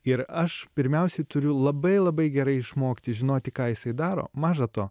ir aš pirmiausiai turiu labai labai gerai išmokti žinoti ką jisai daro maža to